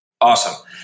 Awesome